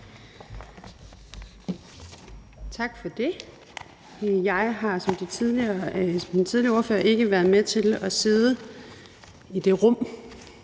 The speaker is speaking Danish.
Tak for det. Jeg har, som den tidligere ordfører, ikke været med til at sidde i det rum,